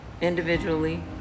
individually